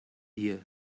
ear